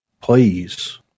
Please